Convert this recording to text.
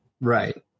Right